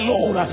Lord